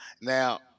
now